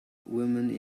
woman